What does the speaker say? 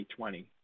2020